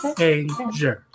danger